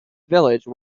village